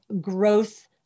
growth